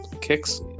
kicks